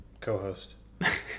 Co-host